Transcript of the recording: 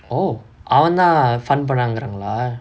oh அவந்தா:avanthaa fund பண்றாங்குனால:pandraangunaala lah